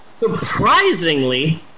surprisingly